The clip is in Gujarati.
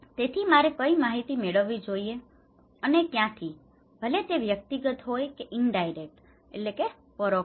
તેથી મારે કઇ માહિતી મેળવવી જોઈએ અને ક્યાંથી ભલે તે વ્યક્તિગત હોય કે ઇનડાઇરેક્ટ indirect પરોક્ષ